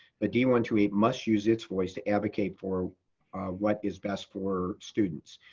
but d one two eight must use its voice to advocate for what is best for students,